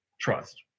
Trust